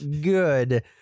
good